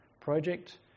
project